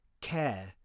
care